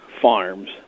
farms